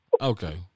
okay